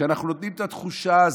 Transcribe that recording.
כשאנחנו נותנים את התחושה הזאת,